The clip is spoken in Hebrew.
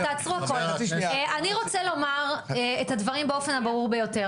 תעצרו הכול: "אני רוצה לומר את הדברים באופן הברור ביותר,